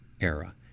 era